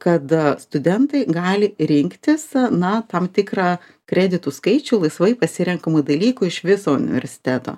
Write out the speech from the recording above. kad studentai gali rinktis na tam tikrą kreditų skaičių laisvai pasirenkamų dalykų iš viso universiteto